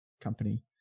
company